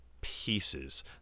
pieces